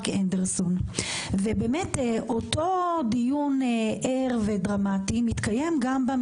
אותו דיון ער ודרמטי מתקיים גם לגבי